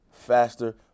Faster